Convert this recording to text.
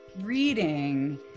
reading